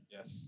Yes